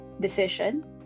decision